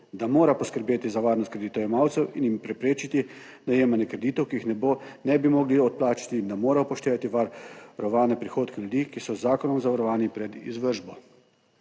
da mora poskrbeti za varnost kreditojemalcev in jim preprečiti najemanje kreditov, ki jih ne bi mogli odplačati, in da mora upoštevati varovane prihodke ljudi, ki so z zakonom zavarovani pred izvršbo.